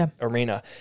arena